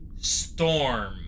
storm